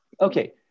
Okay